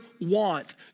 want